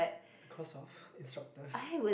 because of instructors